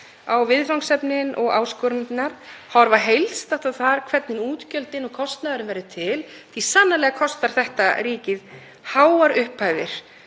á viðfangsefnin og áskoranirnar, horfa heildstætt á það hvernig útgjöldin og kostnaðurinn verður til, því að sannarlega kostar það ríkið háar upphæðir